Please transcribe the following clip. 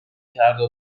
کرده